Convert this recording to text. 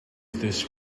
this